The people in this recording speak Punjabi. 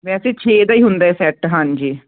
ਵੈਸੇ ਛੇ ਦਾ ਹੀ ਹੁੰਦਾ ਸੈਟ ਹਾਂਜੀ